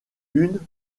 une